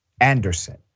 Anderson